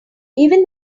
even